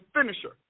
finisher